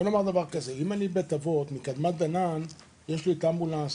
אם אני בית אבות אז יש לי את האמבולנס